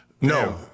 no